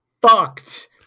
fucked